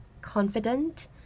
confident